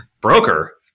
broker